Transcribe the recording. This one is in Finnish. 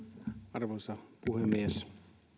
arvoisa puhemies